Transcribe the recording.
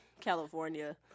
California